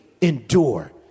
endure